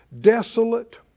desolate